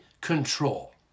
control